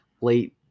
late